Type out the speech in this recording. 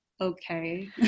okay